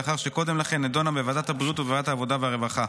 לאחר שקודם לכן נדונה בוועדת הבריאות ובוועדת העבודה הרווחה.